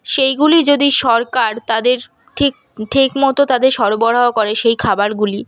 সেইগুলি যদি সরকার তাদের ঠিক ঠিকমতো তাদের সরবরাহ করে সেই খাবারগুলি